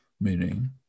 Meaning